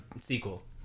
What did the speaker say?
sequel